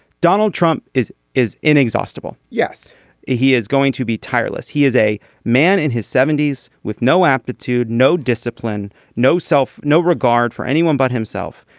donald trump is is inexhaustible. yes he is going to be tireless. he is a man in his seventy s with no aptitude no discipline no self no regard for anyone but himself.